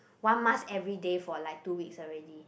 one mask everyday for like two weeks already